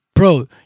Bro